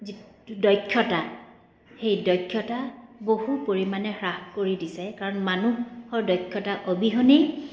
যিটো দক্ষতা সেই দক্ষতা বহু পৰিমাণে হ্ৰাস কৰি দিছে কাৰণ মানুহৰ দক্ষতা অবিহনেই